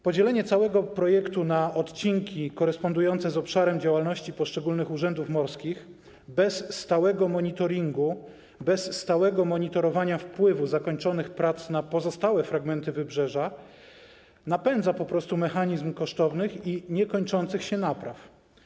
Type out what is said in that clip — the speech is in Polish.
Podzielenie całego projektu na odcinki korespondujące z obszarem działalności poszczególnych urzędów morskich bez stałego monitoringu, bez stałego monitorowania wpływu zakończonych prac na pozostałe fragmenty wybrzeża napędza po prostu mechanizm kosztownych i niekończących się napraw.